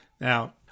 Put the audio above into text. now